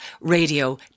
radio